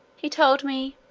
he told me,